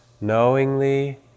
knowingly